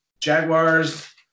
Jaguars